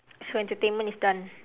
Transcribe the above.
so entertainment is done